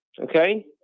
okay